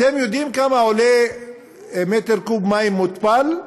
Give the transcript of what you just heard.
אתם יודעים כמה עולה מטר מעוקב מים מותפלים?